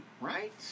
right